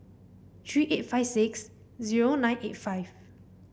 three eight five six zero nine eight five